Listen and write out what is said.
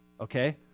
Okay